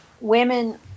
women